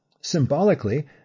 Symbolically